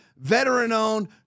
veteran-owned